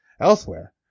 Elsewhere